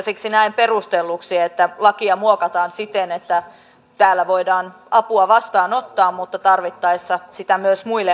siksi näen perustelluksi että lakia muokataan siten että täällä voidaan apua vastaanottaa mutta tarvittaessa sitä myös muille antaa